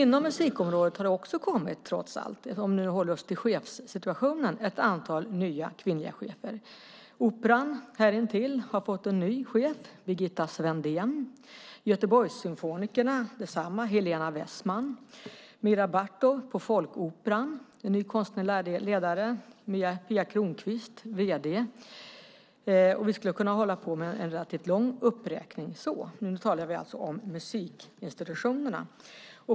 Inom musikområdet har vi trots allt, om vi håller oss till chefssituationen, ett antal nya kvinnliga chefer. Operan här intill har fått en ny chef, Birgitta Svendén. Göteborgssymfonikernas nya chef heter Helena Wessman. Vi har Mira Bartov på Folkoperan som ny konstnärlig ledare, och Pia Kronqvist är vd. Vi skulle kunna hålla på med en relativt lång uppräkning, men nu talar vi alltså om musikinstitutionerna.